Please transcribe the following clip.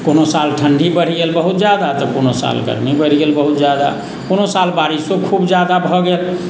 कोनो साल ठण्डी बढ़ि गेल बहुत जादा तऽ कोनो साल गर्मी बढ़ि गेल बहुत जादा कोनो साल बारिशो खूब जादा भऽ गेल